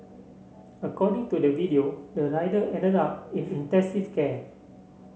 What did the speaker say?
according to the video the rider ended up in intensive care